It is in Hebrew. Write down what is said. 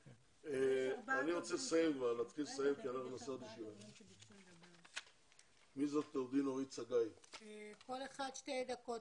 מי שנשאר ב-זום ורוצה להתייחס, כל אחד שתי דקות